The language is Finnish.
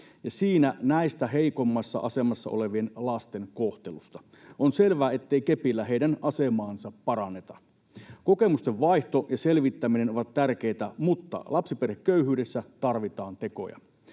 ja siinä näistä heikoimmassa asemassa olevien lasten kohtelusta. On selvää, ettei kepillä heidän asemaansa paranneta. Kokemusten vaihto ja selvittäminen ovat tärkeitä, mutta lapsiperheköyhyydessä tarvitaan tekoja.